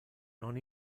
non